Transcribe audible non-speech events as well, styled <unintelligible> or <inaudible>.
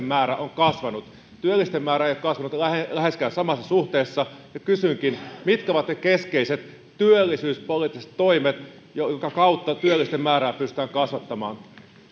<unintelligible> määrä on kasvanut työllisten määrä ei ole kasvanut läheskään läheskään samassa suhteessa mitkä ovat ne keskeiset työllisyyspoliittiset toimet joiden kautta työllisten määrää pystytään kasvattamaan